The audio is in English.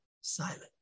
silent